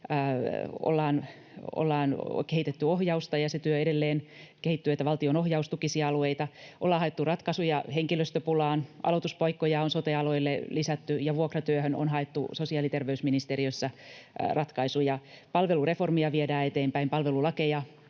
Ollaan kehitetty ohjausta, ja se työ edelleen kehittyy, että valtion ohjaus tukisi alueita. Ollaan haettu ratkaisuja henkilöstöpulaan. Aloituspaikkoja on sote-alueille lisätty ja vuokratyöhön on haettu sosiaali- ja terveysministeriössä ratkaisuja. Palvelureformia viedään eteenpäin, palvelulakeja